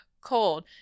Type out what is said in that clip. cold